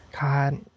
God